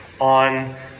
on